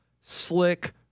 slick